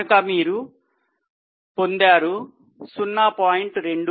కనుక మీరు పొందారు 0